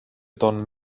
των